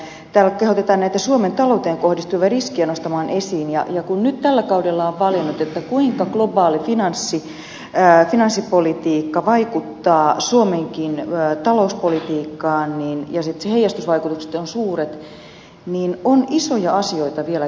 sitten kun täällä kehotetaan näitä suomen talouteen kohdistuvia riskejä nostamaan esiin ja kun nyt tällä kaudella on valjennut kuinka globaali finanssipolitiikka vaikuttaa suomenkin talouspolitiikkaan ja sitten sen heijastusvaikutukset ovat suuret niin on isoja asioita vielä käsiteltävissä